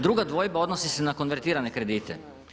Druga dvojba odnosi se na konvertirane kredite.